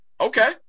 Okay